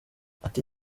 ati